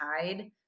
tide